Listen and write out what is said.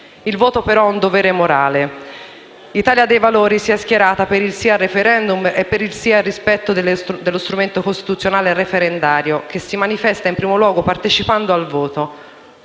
Il voto però è un dovere morale. Italia dei Valori si è schierata per il sì al *referendum* e per il sì al rispetto dello strumento costituzionale referendario, che si manifesta in primo luogo partecipando al voto.